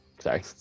Sorry